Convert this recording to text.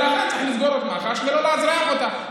ולכן צריך לסגור את מח"ש ולא לאזרח אותם.